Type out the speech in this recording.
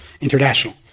international